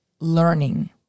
learning